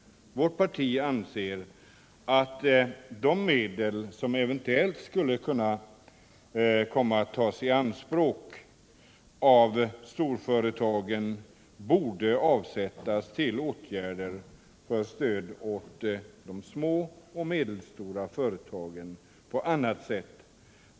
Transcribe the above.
Vårt parti anser att de medel som eventuellt skulle komma att tas i anspråk av storföretagen borde avsättas till åtgärder för stöd till små och medelstora företag.